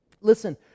Listen